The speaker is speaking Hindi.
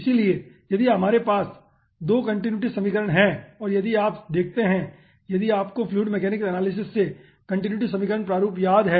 इसलिए यदि हमारे पास 2 कन्टीन्युटी समीकरण है और यदि आप देखते हैं यदि आपको फ्लूइड मैकेनिक्स एनालिसिस से कन्टीन्युटी समीकरण प्रारूप याद हैं